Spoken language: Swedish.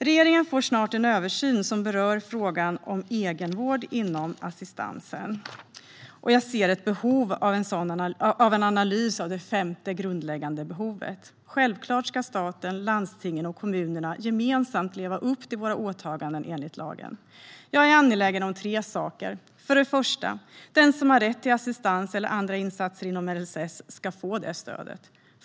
Regeringen får snart en översyn som berör frågan om egenvård inom assistansen, och jag ser ett behov av en analys av det femte grundläggande behovet. Självklart ska staten, landstingen och kommunerna gemensamt leva upp till våra åtaganden enligt lagen. Jag är angelägen om tre saker. För det första ska den som har rätt till assistans eller andra insatser inom LSS få det stödet.